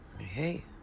hey